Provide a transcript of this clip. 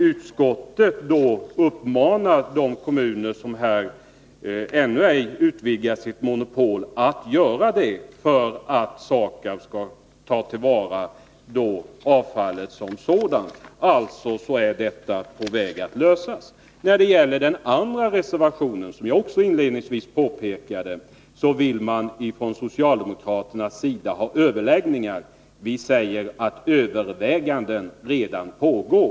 Utskottet uppmanar de kommuner som ännu ej utvidgat sitt monopol att göra det för att SAKAB skall kunna ta till vara även deras avfall. Frågan är alltså på väg att lösas. I sin reservation nr 2 framför socialdemokraterna, som jag också inledningsvis i debatten påpekade, krav på överläggningar. Vi säger att överväganden redan pågår.